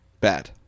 Bad